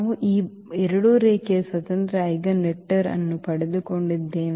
ನಾವು ಈ ಎರಡು ರೇಖೀಯ ಸ್ವತಂತ್ರ ಐಜೆನ್ ವೆಕ್ಟರ್ ಅನ್ನು ಪಡೆದುಕೊಂಡಿದ್ದೇವೆ